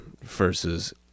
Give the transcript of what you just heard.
versus